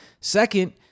Second